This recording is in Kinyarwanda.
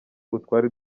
utwari